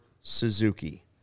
Suzuki